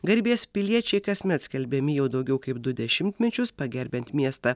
garbės piliečiai kasmet skelbiami jau daugiau kaip du dešimtmečius pagerbiant miestą